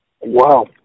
Wow